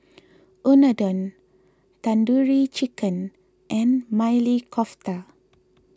Unadon Tandoori Chicken and Maili Kofta